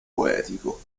poetico